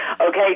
Okay